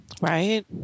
Right